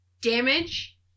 Damage